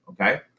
okay